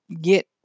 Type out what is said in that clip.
get